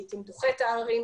לעתים דוחה את העררים.